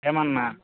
ఏమన్న